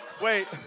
Wait